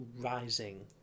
rising